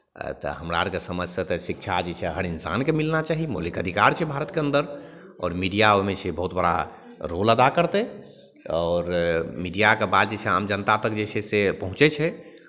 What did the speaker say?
तऽ हमरा आरके समझसँ तऽ शिक्षा जे छै हर इन्सानके मिलना चाही मौलिक अधिकार छै भारतके अन्दर आओर मीडिया ओहिमे छै बहुत बड़ा रोल अदा करतै आओर मीडियाके बात जे छै आम जनता तक जे छै से पहुँचै छै